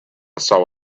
saw